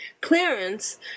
clearance